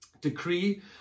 Decree